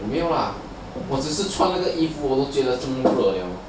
没有啦我只是穿那个衣服我都觉得这么热了